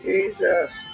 Jesus